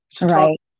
Right